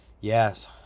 yes